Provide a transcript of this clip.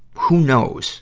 who knows